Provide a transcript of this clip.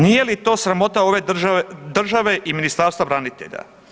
Nije li to sramota ove države i Ministarstva branitelja?